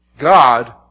God